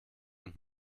und